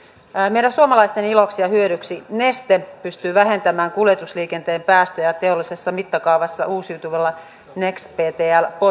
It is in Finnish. meidän suomalaisten iloksi ja hyödyksi neste pystyy vähentämään kuljetusliikenteen päästöjä teollisessa mittakaavassa uusiutuvilla nexbtl